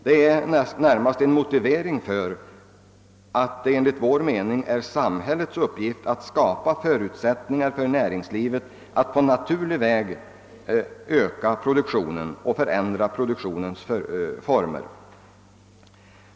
Det är närmast en motivering för att det enligt vår åsikt är samhällets uppgift att skapa förutsättningar för näringslivet att på naturlig väg öka produktionen och förändra dess former.